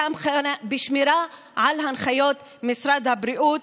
בשמירה על הנחיות משרד הבריאות,